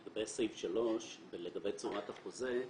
לגבי סעיף 3 ולגבי צורת החוזה,